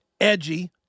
edgy